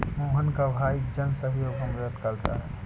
मोहन का भाई जन सहयोग में मदद करता है